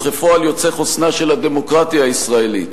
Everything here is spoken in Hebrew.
וכפועל יוצא חוסנה של הדמוקרטיה הישראלית,